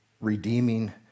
redeeming